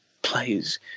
Players